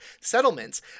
settlements